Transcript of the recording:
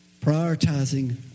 Prioritizing